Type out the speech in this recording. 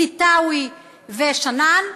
סתאוי ושנאן,